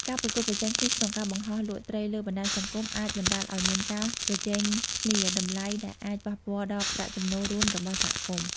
ការប្រកួតប្រជែងគ្នាក្នុងការបង្ហោះលក់ត្រីលើបណ្តាញសង្គមអាចបណ្តាលឱ្យមានការប្រជែងគ្នាតម្លៃ ដែលអាចប៉ះពាល់ដល់ប្រាក់ចំណូលរួមរបស់សហគមន៍។